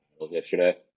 yesterday